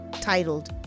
titled